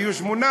היו רק שמונה,